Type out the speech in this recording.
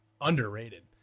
underrated